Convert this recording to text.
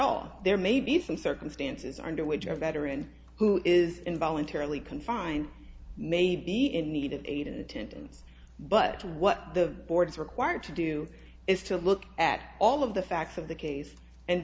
all there may be some circumstances under which a veteran who is involuntarily confined may be in need of aid in attendance but what the board is required to do is to look at all of the facts of the case and